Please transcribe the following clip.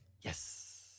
Yes